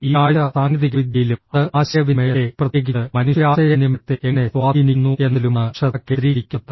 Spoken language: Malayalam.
ഈ ആഴ്ച സാങ്കേതികവിദ്യയിലും അത് ആശയവിനിമയത്തെ പ്രത്യേകിച്ച് മനുഷ്യ ആശയവിനിമയത്തെ എങ്ങനെ സ്വാധീനിക്കുന്നു എന്നതിലുമാണ് ശ്രദ്ധ കേന്ദ്രീകരിക്കുന്നത്